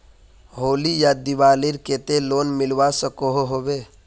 होली या दिवालीर केते लोन मिलवा सकोहो होबे?